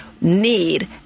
need